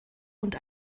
und